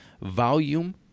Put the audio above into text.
volume